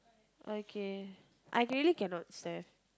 okay I really cannot stand